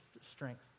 strength